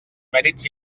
mèrits